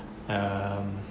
um